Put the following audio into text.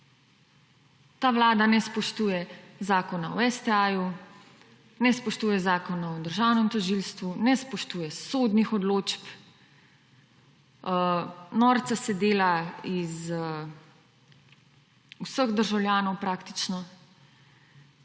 Ta vlada ne spoštuje Zakona o STA-ju, ne spoštuje Zakona o državnem tožilstvu, ne spoštuje sodnih odločb, norca se dela iz vseh državljanov praktično.